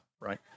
right